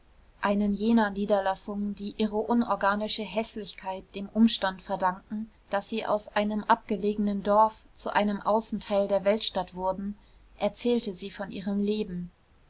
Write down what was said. einen jener niederlassungen die ihre unorganische häßlichkeit dem umstand verdanken daß sie aus einem abgelegenen dorf zu einem außenteil der weltstadt wurden erzählte sie von ihrem leben